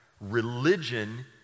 Religion